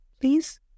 Please